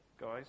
guys